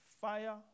fire